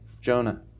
Jonah